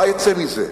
מה יצא מזה?